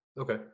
Okay